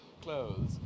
clothes